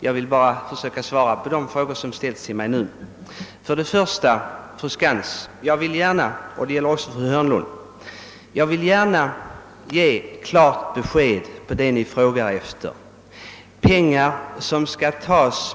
Jag skall nu bara försöka svara på de frågor som ställts till mig och lämna klart besked till både fru Skantz och fru Hörnlund.